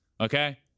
Okay